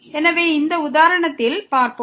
எனவே இந்த உதாரணத்தில் பார்ப்போம்